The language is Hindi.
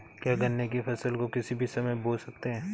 क्या गन्ने की फसल को किसी भी समय बो सकते हैं?